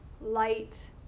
light